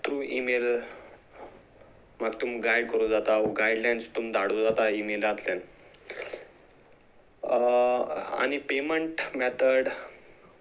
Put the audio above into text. through email म्हाका तुमी guide करूं जाता गायडलायन्स तुम धाडूं जाता ईमेलांतल्यान आनी पेमंट मॅथड